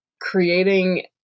creating